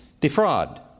defraud